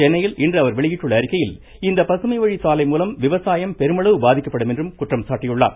சென்னையில் இன்று அவர் வெளியிட்டுள்ள அறிக்கையில் இந்த பசுமைவழி சாலை மூலம் விவசாயம் பெருமளவு பாதிக்கப்படும் என்று குற்றம் சாட்டியுள்ளார்